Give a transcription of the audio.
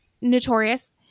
notorious